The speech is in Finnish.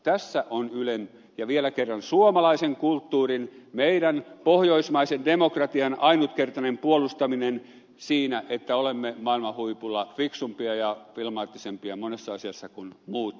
tässä on ylen ja vielä kerran suomalaisen kulttuurin meidän pohjoismaisen demokratian ainutkertainen puolustaminen siinä että olemme maailman huipulla fiksumpia ja filmaattisempia monessa asiassa kuin muut